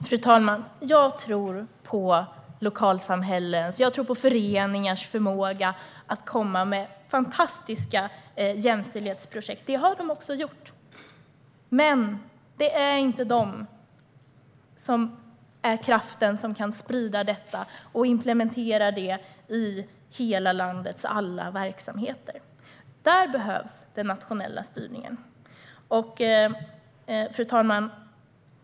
Fru talman! Jag tror på lokalsamhällen. Jag tror på föreningars förmåga att komma med fantastiska jämställdhetsprojekt, och det har de också gjort. Men det är inte de som är den kraft som kan sprida detta och implementera det i hela landets alla verksamheter. Där behövs den nationella styrningen. Fru talman!